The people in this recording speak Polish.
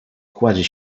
kładzie